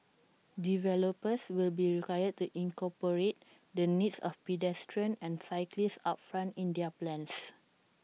developers will be required to incorporate the needs of pedestrians and cyclists upfront in their plans